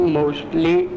mostly